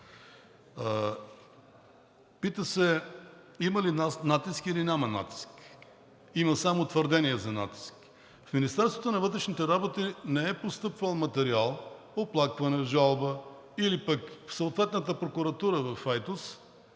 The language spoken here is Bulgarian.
Пита се: има ли натиск, или няма натиск? Има само твърдения за натиск. В Министерството на вътрешните работи не е постъпвал материал, оплакване, жалба, или пък в съответната прокуратура в Айтос,